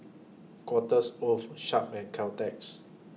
Quarters of Sharp and Caltex